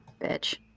Bitch